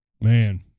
Man